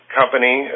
company